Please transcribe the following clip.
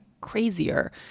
crazier